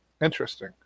Interesting